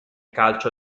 calcio